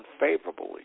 unfavorably